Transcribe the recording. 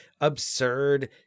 absurd